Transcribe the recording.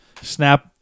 snap